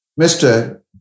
Mr